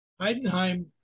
Heidenheim